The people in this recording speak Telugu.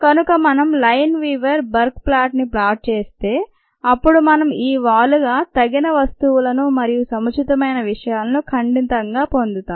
కనుక మనం లైన్ వీవర్ బర్క్ ప్లాట్ ని ప్లాట్ చేస్తే అప్పుడు మనం ఈ వాలుగా తగిన వస్తువులను మరియు సముచితమైన విషయాలను ఖండితంగా పొందుతాం